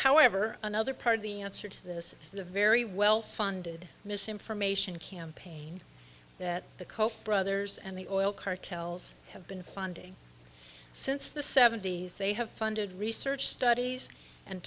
however another part of the answer to this is the very well funded misinformation campaign that the koch brothers and the oil cartels have been funding since the seventy's they have funded research studies and